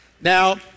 Now